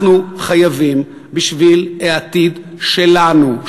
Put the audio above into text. אנחנו חייבים בשביל העתיד שלנו,